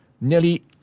Nearly